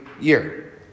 year